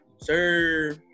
sir